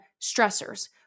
stressors